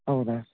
ಹೌದಾ